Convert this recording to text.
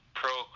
pro